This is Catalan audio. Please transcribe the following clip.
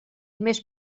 més